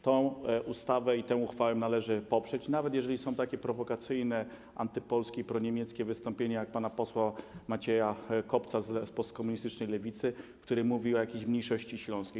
Tę ustawę, tę uchwałę należy poprzeć, nawet jeżeli są takie prowokacyjne, antypolskie i proniemieckie wystąpienia jak pana posła Macieja Kopca z postkomunistycznej Lewicy, który mówił o jakiejś mniejszości śląskiej.